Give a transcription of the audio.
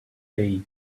day